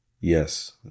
Yes